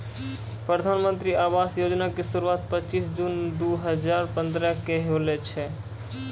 प्रधानमन्त्री आवास योजना के शुरुआत पचीश जून दु हजार पंद्रह के होलो छलै